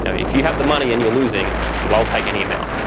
yeah if you had the money and you're losing they'll take any amount.